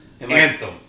Anthem